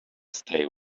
stay